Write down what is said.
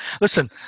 Listen